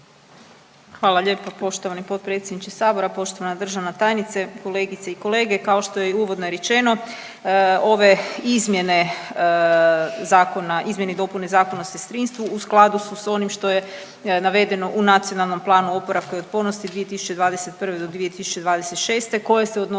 Hvala lijepa poštovani potpredsjedniče sabora. Poštovana državna tajnice, kolegice i kolege, kao što je i uvodno rečeno, ove izmjene zakona, izmjene i dopune Zakona o sestrinstvu u skladu s onim što je navedeno u Nacionalnom planu oporavka i otpornosti 2021.-2026. koje se odnose